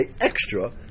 extra